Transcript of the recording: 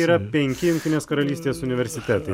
yra penki jungtinės karalystės universitetai